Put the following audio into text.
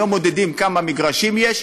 היום מודדים כמה מגרשים יש,